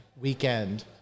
weekend